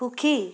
সুখী